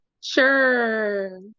Sure